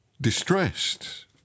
distressed